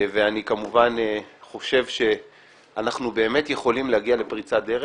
ואני כמובן חושב שאנחנו באמת יכולים להגיע לפריצת דרך,